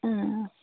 ও